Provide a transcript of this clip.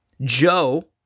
Joe